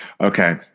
okay